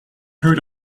heard